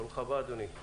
ברוך הבא אדוני.